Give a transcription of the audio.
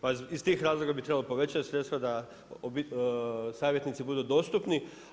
Pa iz tih razloga bi trebalo povećati sredstva da savjetnici budu dostupni.